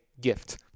gift